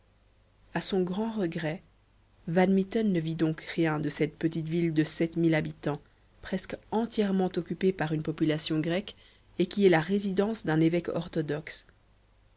a son grand regret van mitten ne vit donc rien de cette petite ville de sept mille habitants presque entièrement occupée par une population grecque et qui est la résidence d'un évêque orthodoxe